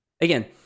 again